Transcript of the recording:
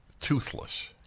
toothless